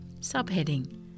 Subheading